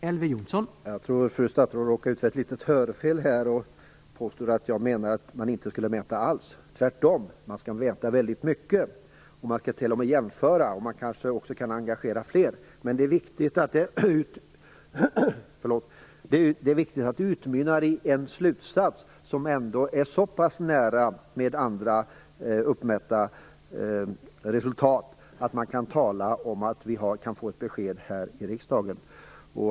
Herr talman! Jag tror att fru statsråd råkade ut för ett litet hörfel. Hon påstod att jag menar att man inte skall mäta alls. Tvärtom, man skall mäta mycket. Man skall t.o.m. jämföra resultat, och man kan kanske också engagera fler. Men det är viktigt att det utmynnar i en slutsats som ändå ligger så pass nära andra uppmätta resultat att man kan tala om att det går att få ett besked här i riksdagen.